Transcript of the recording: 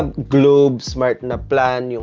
ah globe, smart and plans,